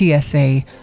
TSA